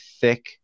thick